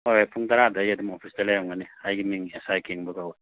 ꯍꯣꯏ ꯍꯣꯏ ꯄꯨꯡ ꯇꯔꯥꯗꯒꯤ ꯑꯩ ꯑꯗꯨꯝ ꯑꯣꯐꯤꯁꯇ ꯂꯩꯔꯝꯒꯅꯤ ꯑꯩꯒꯤ ꯃꯤꯡ ꯑꯦꯁ ꯑꯥꯏ ꯀꯦꯡꯕ ꯀꯧꯋꯦ